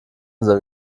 unser